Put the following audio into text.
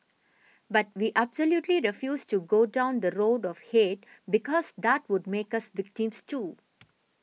but we absolutely refused to go down the road of hate because that would make us victims too